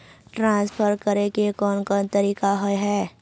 Transfer करे के कोन कोन तरीका होय है?